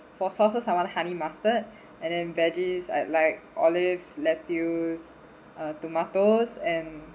for sauces I want a honey mustard and then veggies I'd like olives lettuce uh tomatoes and